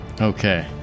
okay